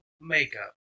makeup